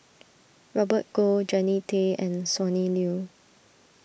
Robert Goh Jannie Tay and Sonny Liew